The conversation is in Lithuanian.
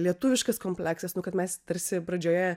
lietuviškas kompleksas nu kad mes tarsi pradžioje